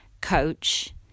coach